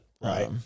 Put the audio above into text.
Right